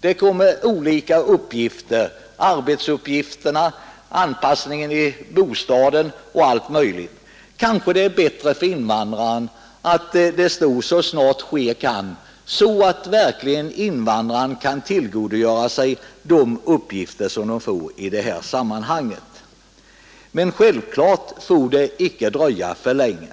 Det gäller arbetsuppgifterna, anpassningen i bostaden och allt möjligt annat. Kanske det är bättre för invandrarna att det står ”så snart det kan ske”, så att invandrarna verkligen kan tillgodogöra sig den upplysning som de får i detta sammanhang. Självfallet får det icke dröja för länge.